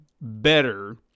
better